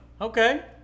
Okay